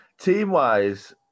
Team-wise